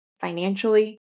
financially